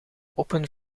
open